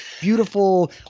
beautiful